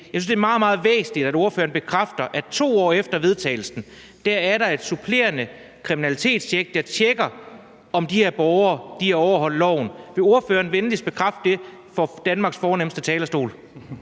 Jeg synes, det er meget, meget væsentligt, at ordføreren bekræfter, at 2 år efter vedtagelsen er der et supplerende kriminalitetstjek, der tjekker, om de her borgere har overholdt loven. Vil ordføreren venligst bekræfte det fra Danmarks fornemste talerstol?